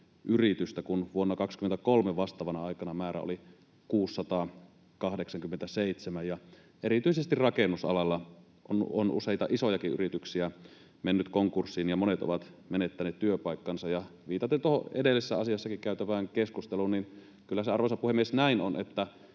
yritystä, kun vuonna 23 vastaavana aikana määrä oli 687. Erityisesti rakennusalalla on useita isojakin yrityksiä mennyt konkurssiin ja monet ovat menettäneet työpaikkansa. Viitaten tuohon edellisessä asiassakin käytyyn keskusteluun kyllä se, arvoisa puhemies, näin on, että